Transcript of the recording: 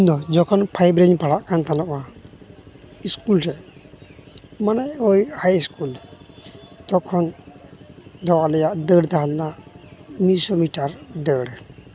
ᱤᱧᱫᱚ ᱡᱚᱠᱷᱚᱱ ᱯᱷᱟᱭᱤᱵᱽ ᱨᱮ ᱯᱟᱲᱦᱟᱜ ᱠᱟᱱ ᱛᱟᱦᱮᱱᱟ ᱤᱥᱠᱩᱞ ᱨᱮ ᱢᱟᱱᱮ ᱳᱭ ᱦᱟᱭ ᱤᱥᱠᱩᱞ ᱛᱚᱠᱷᱚᱱ ᱫᱚ ᱟᱞᱮᱭᱟᱜ ᱫᱟᱹᱲ ᱛᱟᱦᱮᱸ ᱠᱟᱱᱟ ᱢᱤᱫ ᱥᱚ ᱢᱤᱴᱟᱨ ᱫᱟᱹᱲ